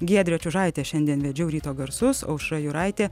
giedrė čiužaitė šiandien vedžiau ryto garsus aušra juraitė